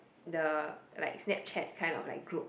the like Snapchat kind of like group